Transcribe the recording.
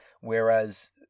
Whereas